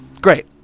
Great